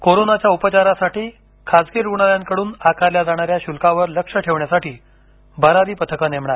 कोरोनाच्या उपचारासाठी खासगी रुग्णालयांकड्न आकारल्या जाणाऱ्या शुल्कावर लक्ष ठेवण्यासाठी भरारी पथकं नेमणार